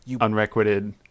unrequited